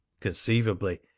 conceivably